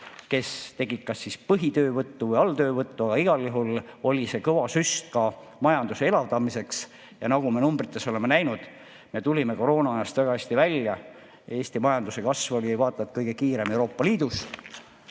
kes tegelesid kas põhitöövõtu või alltöövõtuga. Igal juhul oli see kõva süst ka majanduse elavdamiseks. Nagu me numbritest oleme näinud, me tulime koroonaajast väga hästi välja. Eesti majanduse kasv oli vaata et kõige kiirem Euroopa Liidus.